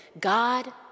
God